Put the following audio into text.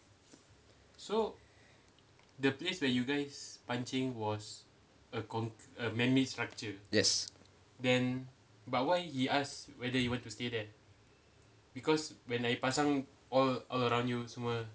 yes